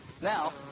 Now